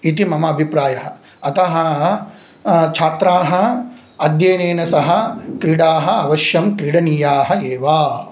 इति मम अभिप्रायः अतः छात्राः अध्ययनेन सह क्रीडाः अवश्यं क्रीडनीयाः एव